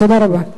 תודה רבה.